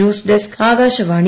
news desk Akashvani